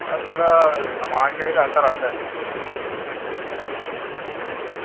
अ थोह्ड़ा समान चाहिदा हा घरै आस्तै